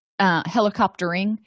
helicoptering